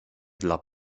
dla